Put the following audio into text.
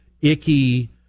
icky